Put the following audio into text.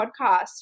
podcast